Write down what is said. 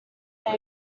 they